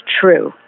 true